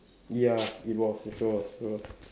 ya it was it was it was